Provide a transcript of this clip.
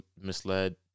misled